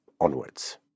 onwards